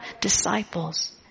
disciples